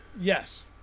Yes